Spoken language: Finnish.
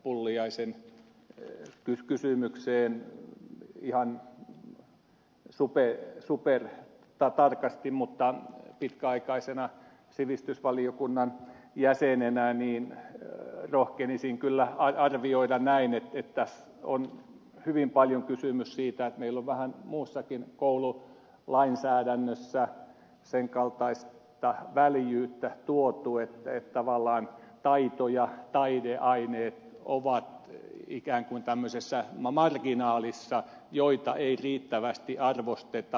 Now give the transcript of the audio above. pulliaisen kysymykseen ihan supertarkasti mutta pitkäaikaisena sivistysvaliokunnan jäsenenä rohkenisin kyllä arvioida että tässä on hyvin paljon kysymys siitä että meillä on vähän muussakin koululainsäädännössä sen kaltaista väljyyttä että tavallaan taito ja taideaineet ovat ikään kuin tämmöisessä marginaalissa ja niitä ei riittävästi arvosteta